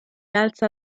alza